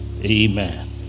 Amen